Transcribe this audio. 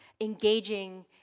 engaging